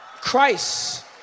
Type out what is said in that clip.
Christ